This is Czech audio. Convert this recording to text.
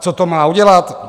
Co to má udělat?